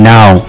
Now